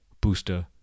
booster